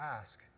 ask